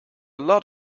lot